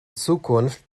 zukunft